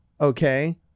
Okay